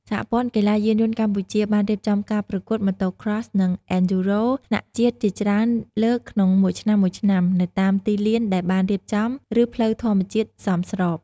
សហព័ន្ធកីឡាយានយន្តកម្ពុជា បានរៀបចំការប្រកួត Motocross និង អេនឌ្យូរ៉ូ (Enduro) ថ្នាក់ជាតិជាច្រើនលើកក្នុងមួយឆ្នាំៗ នៅតាមទីលានដែលបានរៀបចំ ឬផ្លូវធម្មជាតិសមស្រប។